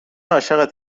عاشقت